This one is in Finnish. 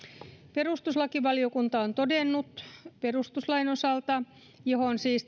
perustuslakivaliokunta on todennut perustuslain osalta johon siis